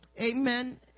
amen